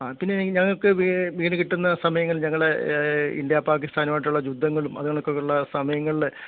ആ പിന്നെ ഞങ്ങൾക്ക് വീണ് കിട്ടുന്ന സമയങ്ങൾ ഞങ്ങൾ ഇൻഡ്യ പാക്കിസ്ഥാനുമായിട്ടുള്ള യുദ്ധങ്ങളും അത് കണക്കുള്ള സമയങ്ങളിൽ